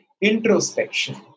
introspection